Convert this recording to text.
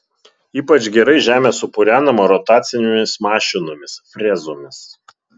ypač gerai žemė supurenama rotacinėmis mašinomis frezomis